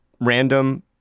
random